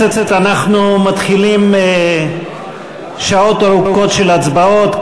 אנחנו מתחילים שעות ארוכות של הצבעות.